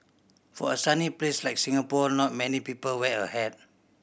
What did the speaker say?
for a sunny place like Singapore not many people wear a hat